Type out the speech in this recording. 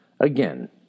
Again